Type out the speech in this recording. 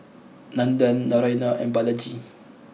Nandan Naraina and Balaji